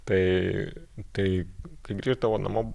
tai tai kai grįždavau namo